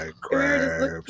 crabs